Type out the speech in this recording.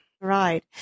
Right